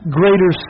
greater